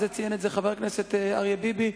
וציין את זה חבר הכנסת אריה ביבי,